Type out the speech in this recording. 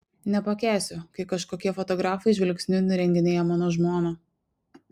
nepakęsiu kai kažkokie fotografai žvilgsniu nurenginėja mano žmoną